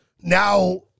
Now